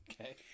okay